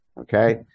Okay